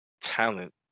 talent